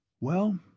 Well